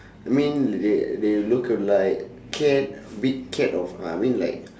I mean they they look alike cat big cat of uh I mean like